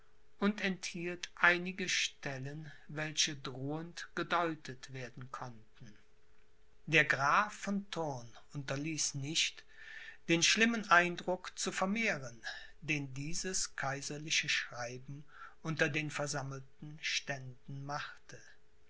und enthielt einige stellen welche drohend gedeutet werden konnten der graf von thurn unterließ nicht den schlimmen eindruck zu vermehren den dieses kaiserliche schreiben unter den versammelten ständen machte